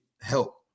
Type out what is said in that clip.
help